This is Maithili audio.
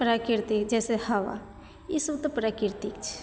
प्रकृतिक जैसे हबा ईसब तऽ प्रकृतिक छै